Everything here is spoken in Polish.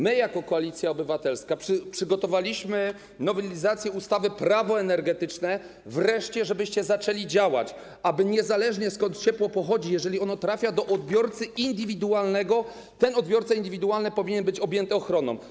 My jako Koalicja Obywatelska przygotowaliśmy nowelizację ustawy - Prawo energetyczne, żebyście wreszcie zaczęli działać, aby niezależnie od tego, skąd ciepło pochodzi, jeżeli ono trafia do odbiorcy indywidualnego, ten odbiorca indywidualny był objęty ochroną.